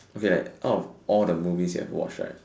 okay like out of all the movies you have watch right